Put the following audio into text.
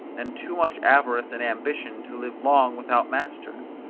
and too much avarice and ambition to live long without masters.